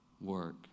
work